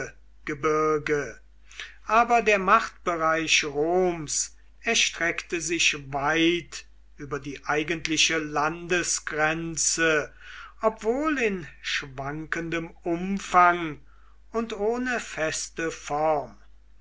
rhodopegebirge aber der machtbereich roms erstreckte sich weit über die eigentliche landesgrenze obwohl in schwankendem umfang und ohne feste form